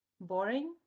boring